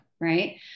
Right